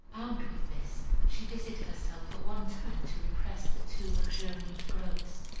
armed with this, she busied herself at one time to repress the too luxuriant growths,